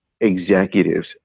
executives